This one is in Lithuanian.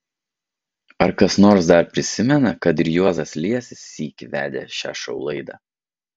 ar kas nors dar prisimena kad ir juozas liesis sykį vedė šią šou laidą